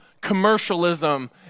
commercialism